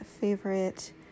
favorite